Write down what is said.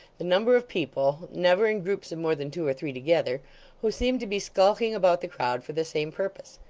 the number of people never in groups of more than two or three together who seemed to be skulking about the crowd for the same purpose.